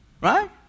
Right